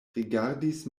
rigardis